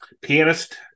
pianist